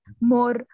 more